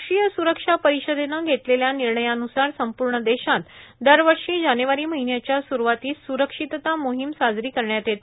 राष्ट्रीय सुरक्षा परिषदेनं घेतलेल्या निर्णयान्सार संपूर्ण देशात दरवर्षी जानेवारी महिन्याच्या सुरूवातीस स्रक्षितता मोहिम साजरी करण्यात येते